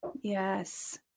Yes